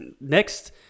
next